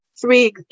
three